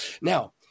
Now